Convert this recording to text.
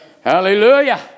Hallelujah